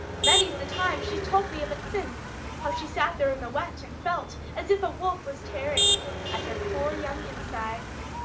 many's the time she's told me of it since how she sat there in the wet, and felt as if a wolf was a-tearing at her poor young insides.